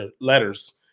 letters